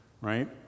right